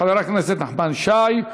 חבר הכנסת נחמן שי,